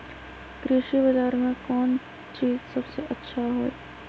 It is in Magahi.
कृषि बजार में कौन चीज सबसे अच्छा होई?